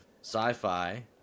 sci-fi